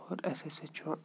اور اَسہِ ہسا چھُ